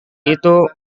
itu